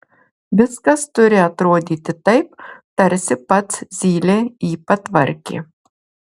viskas turi atrodyti taip tarsi pats zylė jį patvarkė